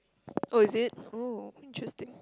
oh is it oh interesting